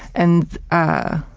and ah,